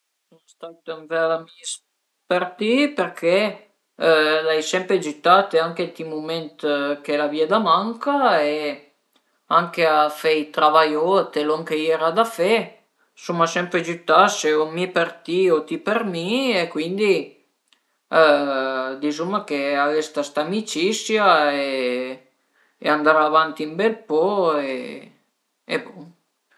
Sun stait ën ver amis për ti perché l'ai sempre giütate anche ënt i mument che l'avìe da manca e anche a fe i travaiot e lon che i era da fe, suma sempre giütase mi për ti o ti për mi e cuindi dizuma che a resta sta amicisia e andrà avanti ën bel po e bon